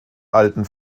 alten